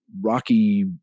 rocky